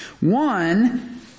One